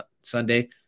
Sunday